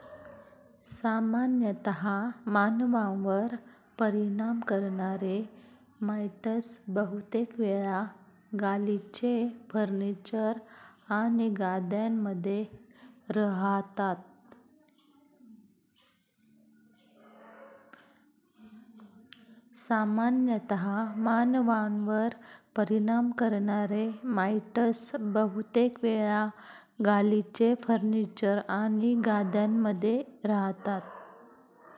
सामान्यतः मानवांवर परिणाम करणारे माइटस बहुतेक वेळा गालिचे, फर्निचर आणि गाद्यांमध्ये रहातात